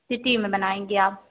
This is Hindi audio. सिटी में बनायेंगी आप